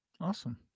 Awesome